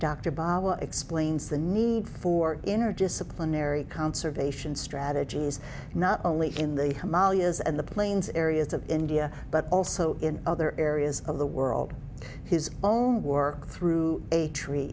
bob explains the need for inner disciplinary conservation strategies not only in the amalia's and the plains areas of india but also in other areas of the world his own work through a tree